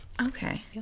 Okay